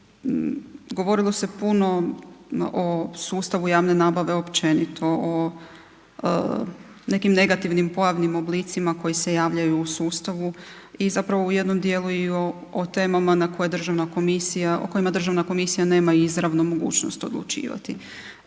Govorilo se puno o sustavu javne nabave općenito, o nekim negativnim pojavnim oblicima koji se javljaju u sustavu i zapravo u jednom dijelu i o temama na koje državna komisija, o kojima državna komisija nema izravno mogućnost odlučivati.